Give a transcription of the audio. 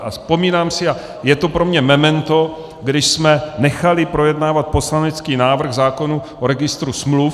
A vzpomínám si a je to pro mě memento, když jsme nechali projednávat poslanecký návrh zákona o registru smluv.